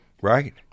Right